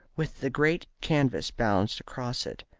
with the great canvas balanced across it,